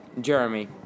Jeremy